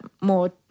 more